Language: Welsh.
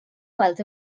gweld